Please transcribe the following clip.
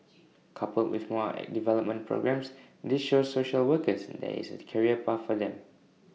coupled with more developmental programmes this shows social workers there is A career pathway for them